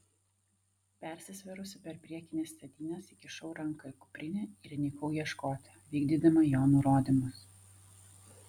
persisvėrusi per priekines sėdynes įkišau ranką į kuprinę ir įnikau ieškoti vykdydama jo nurodymus